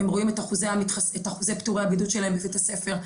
הם רואים את אחוזי פטורי הבידוד שלהם בבית הספר,